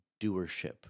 doership